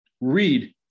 Read